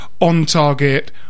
on-target